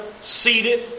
seated